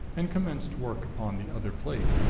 and commenced work upon the other plate.